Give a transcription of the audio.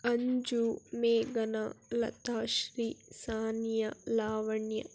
ಅಂಜು ಮೇಘನಾ ಲತಾಶ್ರೀ ಸಾನಿಯಾ ಲಾವಣ್ಯ